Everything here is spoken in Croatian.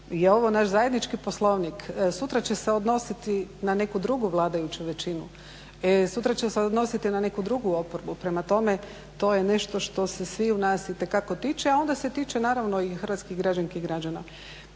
ovo naš zajednički Poslovnik. Sutra će se odnositi na neku drugu vladajuću većinu, sutra će se odnositi na neku drugu oporbu. Prema tome to je nešto što se sviju nas itekako tiče, a onda se tiče naravno i hrvatskih građanki i građana.